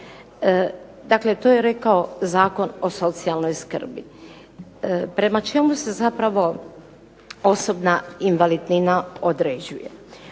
Dakle, to je rekao Zakon o socijalnoj skrbi. Prema čemu se zapravo osobna invalidnina određuje?